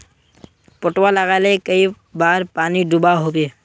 पटवा लगाले कई बार पानी दुबा होबे?